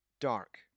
dark